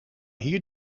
hier